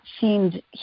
seemed